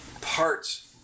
parts